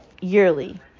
yearly